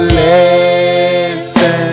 listen